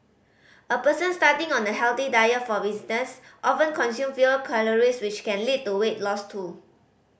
a person starting on a healthy diet for instance often consume fewer calories which can lead to weight loss too